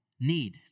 need